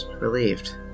Relieved